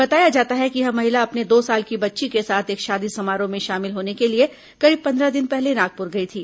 बताया जाता है कि यह महिला अपने दो साल की बच्ची के साथ एक शादी समारोह में शामिल होने के लिए करीब पंद्रह दिन पहले नागपुर गई थी